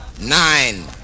Nine